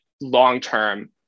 long-term